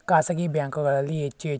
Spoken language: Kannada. ಖಾಸಗಿ ಬ್ಯಾಂಕುಗಳಲ್ಲಿ ಹೆಚ್ಚು ಹೆಚ್ಚು